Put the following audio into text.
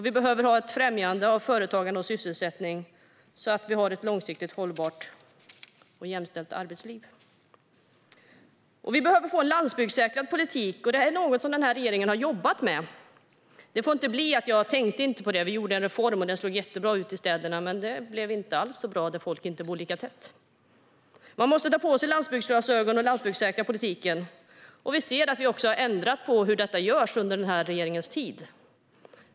Vi behöver ha ett främjande av företagande och sysselsättning för att få ett långsiktigt hållbart och jämställt arbetsliv. Vi behöver få en landsbygdssäkrad politik. Det är något som den här regeringen har jobbat med. Det får inte bli så att man säger: Vi tänkte inte på det. Vi gjorde en reform, och den slog jättebra ut i städerna, men det blev inte alls så bra där folk inte bor lika tätt. Man måste ta på sig landsbygdsglasögon och landsbygdssäkra politiken. Vi har också under den här regeringens tid ändrat på hur detta görs under den här regeringens tid.